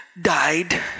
died